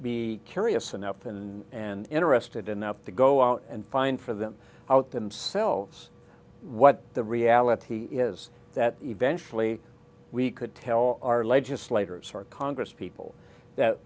be curious and up and and interested enough to go out and find for them out themselves what the reality is that eventually we could tell our legislators our congress people that